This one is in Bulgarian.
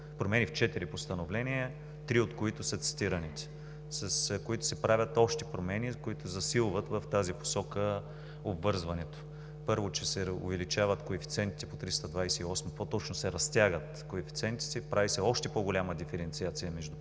промени в четири постановления, три от които са цитираните, с които се правят общи промени, които засилват в тази посока обвързването. Първо, че се увеличават коефициентите по 328-мо ПМС, по-точно се разтягат коефициентите, прави се още по-голяма диференциация между професионалните